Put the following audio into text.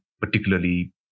particularly